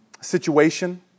situation